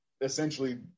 essentially